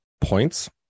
points